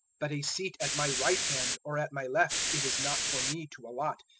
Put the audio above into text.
but a seat at my right hand or at my left it is not for me to allot,